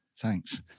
Thanks